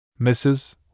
Mrs